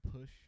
push